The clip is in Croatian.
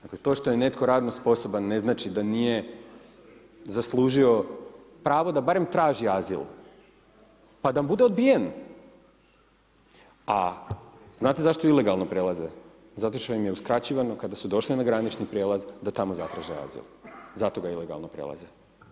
Dakle, to što je netko radno sposoban ne znači da nije zaslužio pravo da barem traži azil, pa da bude odbijen, a znate zašto ilegalno prelaze, zato što ime uskraćivano kada su došli na granični prijelaz da tamo zatraže azil, zato ga ilegalno prelaze.